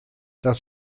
das